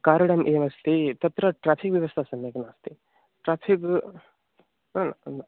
कारणम् एवम् अस्ति तत्र ट्राफ़िक् व्यवस्था सम्यक् नास्ति ट्राफ़िक् ब् न